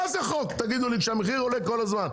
מה זה חוק תגידו לי כשהמחיר עולה כל הזמן?